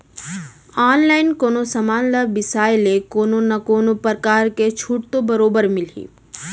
online कोनो समान ल बिसाय ले कोनो न कोनो परकार के छूट तो बरोबर मिलही